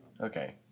Okay